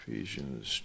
Ephesians